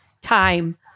time